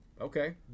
Okay